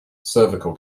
cervical